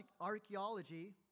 archaeology